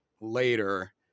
later